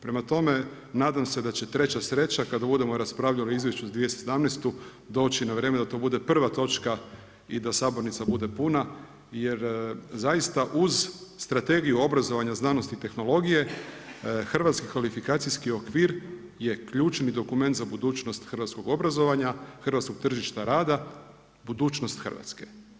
Prema tome, nadam se da će treća sreća kada budemo raspravljali o izvješću za 2017. doći na vrijeme da to bude prva točka i da sabornica bude puna jer zaista uz Strategiju obrazovanja, znanosti i tehnologije hrvatski kvalifikacijski okvir je ključni dokument za budućnost hrvatskog obrazovanja, hrvatskog tržišta rada, budućnost Hrvatske.